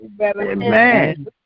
Amen